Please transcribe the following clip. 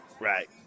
right